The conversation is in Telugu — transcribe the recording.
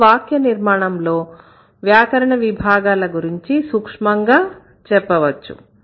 ఒక వాక్య నిర్మాణంలో వ్యాకరణ విభాగాల గురించి సూక్ష్మంగా చెప్పవచ్చు